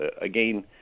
again